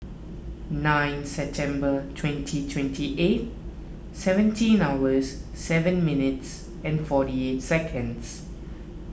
nine September twenty twenty eight seventeen hours seven minutes and forty eight seconds